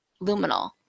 Luminal